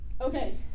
Okay